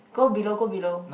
go below go below